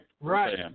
Right